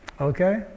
Okay